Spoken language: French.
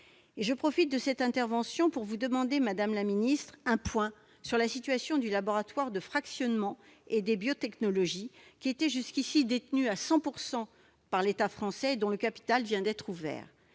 Je profite de cette intervention pour vous demander, madame la ministre, un point sur la situation du Laboratoire français du fractionnement et des biotechnologies- le LFB -, qui était jusqu'ici détenu à 100 % par l'État français et dont le capital vient d'être ouvert.